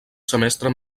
semestre